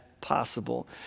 possible